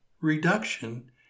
reduction